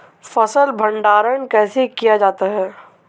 फ़सल भंडारण कैसे किया जाता है?